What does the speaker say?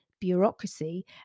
bureaucracy